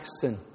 sin